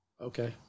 Okay